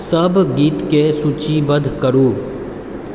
सभगीतकेँ सूचीबद्ध करू